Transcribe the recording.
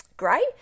great